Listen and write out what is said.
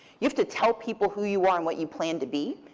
you have to tell people who you are and what you plan to be.